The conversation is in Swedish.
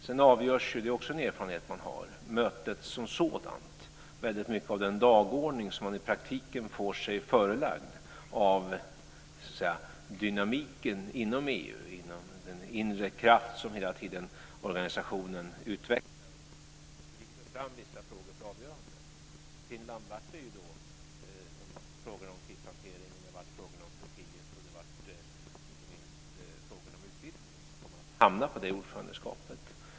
Sedan avgörs ju - det är ju också en erfarenhet man har - mötet som sådant väldigt mycket av den dagordning som man i praktiken får sig förelagd av dynamiken inom EU och av den inre kraft som hela tiden organisationen utvecklar och som driver fram vissa frågor för avgörande. För Finland blev det frågorna om krishanteringen, frågorna om Turkiet och inte minst frågorna om utvidgningen som kom att hamna på det ordförandeskapet.